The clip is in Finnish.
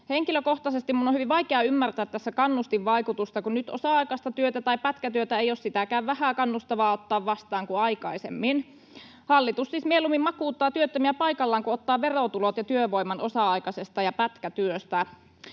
Henkilökohtaisesti minun on hyvin vaikea ymmärtää tässä kannustinvaikutusta, kun nyt osa-aikaista työtä tai pätkätyötä ei ole sitäkään vähää kannustavaa ottaa vastaan kuin aikaisemmin. [Pia Lohikoski: Juuri näin!] Hallitus siis mieluummin makuuttaa työttömiä paikallaan kuin ottaa verotulot ja työvoiman osa-aikaisesta ja pätkätyöstä.